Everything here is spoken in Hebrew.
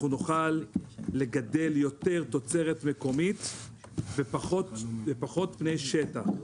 נוכל לגדל יותר תוצרת מקומית ופחות פני שטח,